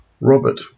Robert